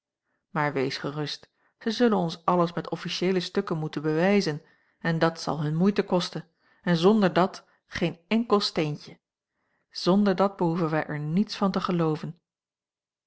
maar wees gerust zij zullen ons alles met offieiëele stukken moeten bewijzen en dat zal hun moeite kosten en zonder dat geen enkel steentje zonder dat behoeven wij er niets van te gelooven